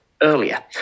earlier